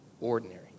ordinary